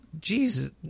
Jesus